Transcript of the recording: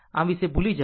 આમ આ વિશે ભૂલી જાઓ